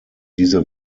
diese